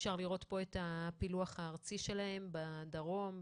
אפשר לראות פה את הפילוח הארצי שלהן בדרום,